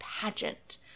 pageant